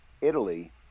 Italy